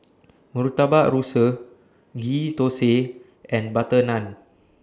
Murtabak Rusa Ghee Thosai and Butter Naan